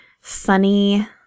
funny